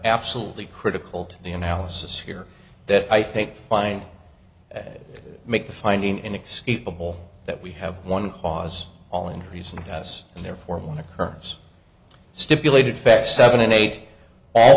absolutely critical to the analysis here that i think find that make the finding inexcusable that we have one cause all injuries and gas and therefore when the curves stipulated facts seven and eight all